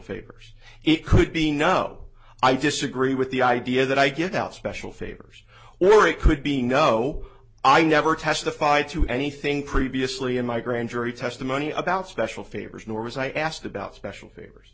favors it could be no i disagree with the idea that i get out special favors or it could be no i never testified to anything previously in my grand jury testimony about special favors nor was i asked about special favors